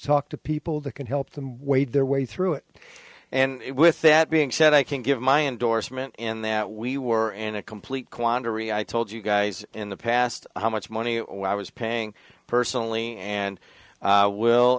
talk to people that can help them wade their way through it and it with that being said i can give my endorsement and that we were in a complete quandary i told you guys in the past how much money what i was paying personally and will